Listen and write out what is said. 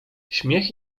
śmiech